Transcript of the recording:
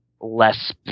less